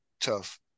tough